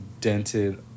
dented